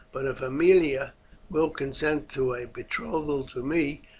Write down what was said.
but if aemilia will consent to a betrothal to me,